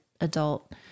adult